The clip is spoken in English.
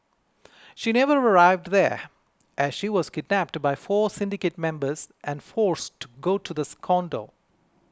she never arrived there as she was kidnapped by four syndicate members and forced to go to the condo